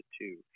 two